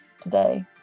today